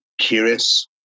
curious